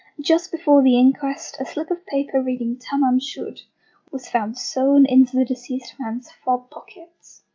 just before the inquest, a slip of paper reading tamam shud was found sewn into the deceased man's fob pocket.